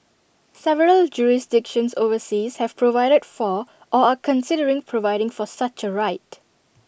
several jurisdictions overseas have provided for or are considering providing for such A right